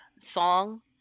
song